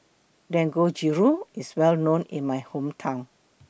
Dangojiru IS Well known in My Hometown